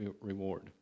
reward